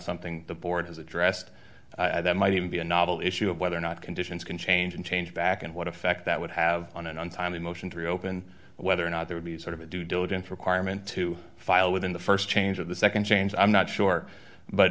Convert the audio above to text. something the board has addressed and that might even be a novel issue of whether or not conditions can change and change back and what effect that would have on an untimely motion to reopen whether or not they would be sort of a due diligence requirement to file within the st change of the nd change i'm not sure but